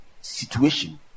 situation